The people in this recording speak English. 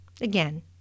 again